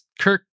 Kirk